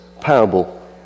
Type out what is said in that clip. parable